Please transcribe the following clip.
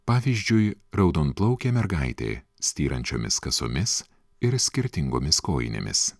pavyzdžiui raudonplaukė mergaitė styrančiomis kasomis ir skirtingomis kojinėmis